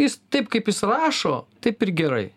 jis taip kaip jis rašo taip ir gerai